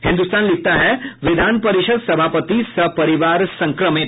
हिन्दुस्तान लिखता है विधान परिषद सभापति सपरिवार संक्रमित